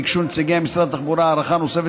ביקשו נציגי משרד התחבורה הארכה נוספת